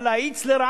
אבל להאיץ לרעה,